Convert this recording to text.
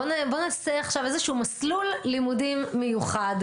בוא נעשה עכשיו איזשהו מסלול לימודים מיוחד